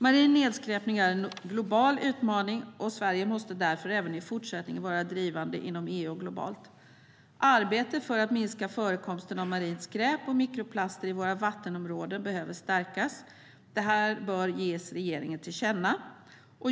Marin nedskräpning är en global utmaning. Sverige måste därför även i fortsättningen vara drivande inom EU och globalt. Arbetet för att minska förekomsten av marint skräp och mikroplaster i våra vattenområden behöver stärkas. Detta bör ges regeringen till känna.